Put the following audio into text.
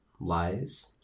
lies